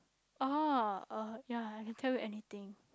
oh uh yeah I can tell you anything